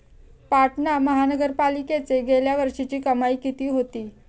पाटणा महानगरपालिकेची गेल्या वर्षीची कमाई किती होती?